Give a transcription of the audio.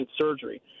surgery